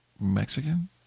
Mexican